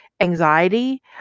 anxiety